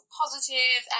positive